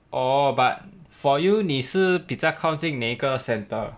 orh but for you 你是 bisexual 比较靠近哪一个:jiao kao jin na yi ge centre